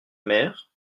mère